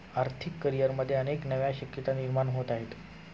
आर्थिक करिअरमध्ये अनेक नव्या शक्यता निर्माण होत आहेत